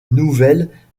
nouvelles